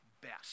best